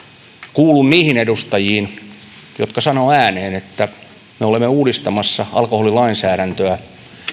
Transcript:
kuulun niihin edustajiin jotka sanovat ääneen että me olemme uudistamassa alkoholilainsäädäntöä